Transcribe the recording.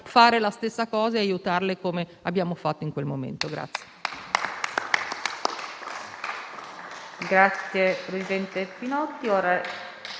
fare la stessa cosa e aiutarle, come abbiamo fatto in quel momento.